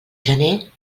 gener